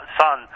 son